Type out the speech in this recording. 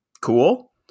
cool